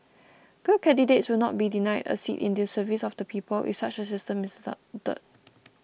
good candidates would not be denied a seat in the service of the people if such a system is